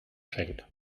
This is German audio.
schenkt